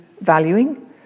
valuing